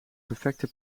perfecte